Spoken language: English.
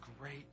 great